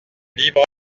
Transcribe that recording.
libre